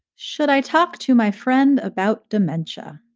should i talk to my friend about dementia?